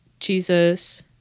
Jesus